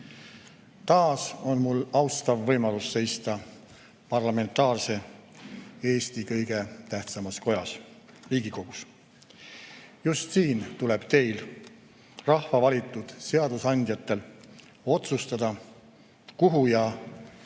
Taas on mul austav võimalus seista parlamentaarse Eesti kõige tähtsamas kojas, Riigikogus. Just siin tuleb teil, rahva valitud seadusandjatel, otsustada, kuhu ja millise